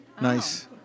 Nice